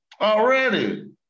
Already